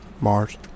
Mars